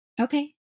Okay